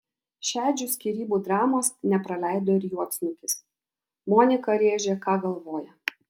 šedžių skyrybų dramos nepraleido ir juodsnukis monika rėžė ką galvoja